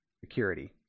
security